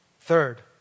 Third